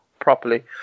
properly